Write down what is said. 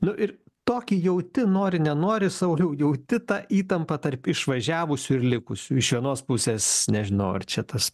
nu ir tokį jauti nori nenori sauliau jauti tą įtampą tarp išvažiavusių ir likusių iš vienos pusės nežinau ar čia tas